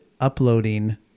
uploading